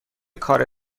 کار